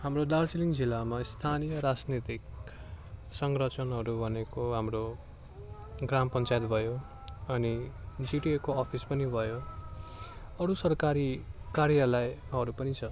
हाम्रो दार्जिलिङ जिल्लामा स्थानीय राजनीतिक संरचनाहरू भनेको हाम्रो ग्राम पञ्चायत भयो अनि जिटिएको अफिस पनि भयो अरू सरकारी कार्यालहरू पनि छ